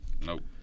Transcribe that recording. Nope